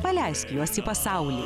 paleisk juos į pasaulį